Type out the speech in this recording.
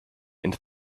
into